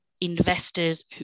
investors